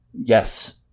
Yes